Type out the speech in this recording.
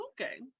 Okay